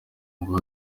ngo